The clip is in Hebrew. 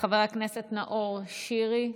חבר הכנסת נאור שירי.